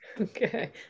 Okay